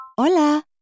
Hola